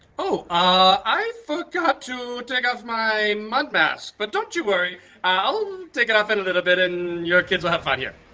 oh! ah i forgot to take off my mud mask, but don't you worry i'll take it off in a little bit and your kids will have fun here!